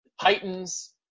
Titans